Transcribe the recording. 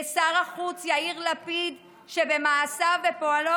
לשר החוץ יאיר לפיד, שבמעשיו ופועלו